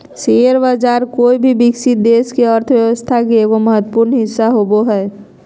share बाज़ार कोय भी विकसित देश के अर्थ्व्यवस्था के एगो महत्वपूर्ण हिस्सा होबो हइ